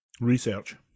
Research